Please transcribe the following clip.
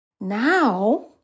now